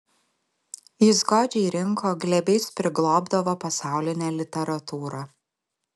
jis godžiai rinko glėbiais priglobdavo pasaulinę literatūrą